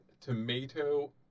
tomato